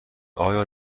آیا